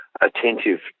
attentive